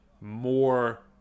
more